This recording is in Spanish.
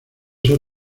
ser